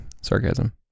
Sarcasm